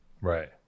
Right